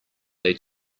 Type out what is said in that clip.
they